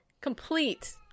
complete